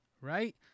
right